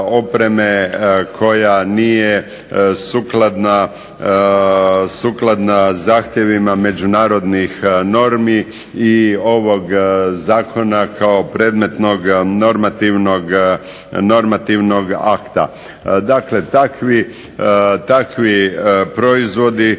koja nije sukladna zahtjevima međunarodnih normi i ovog zakona kao predmetnog, normativnog akta. Dakle, takvi proizvodi